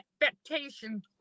expectations